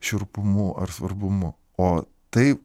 šiurpumu ar svarbumu o tai